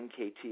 NKT